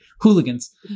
hooligans